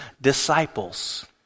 disciples